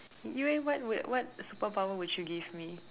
you leh what would what superpower would you give me